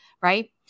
right